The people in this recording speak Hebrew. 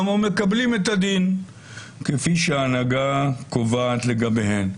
ומקבלים את הדין כפי שההנהגה קובעת לגביהם.